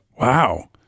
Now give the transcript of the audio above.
Wow